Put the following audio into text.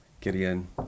Gideon